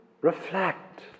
reflect